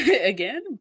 again